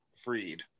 freed